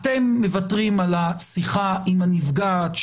אתם מוותרים על השיחה עם הנפגעת,